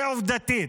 עובדתית